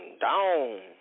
down